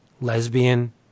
lesbian